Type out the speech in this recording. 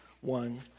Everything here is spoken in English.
one